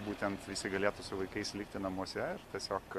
būtent visi galėtų su vaikais likti namuose ir tiesiog